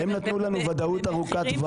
הם נתנו לנו ודאות ארוכת-טווח.